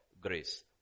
grace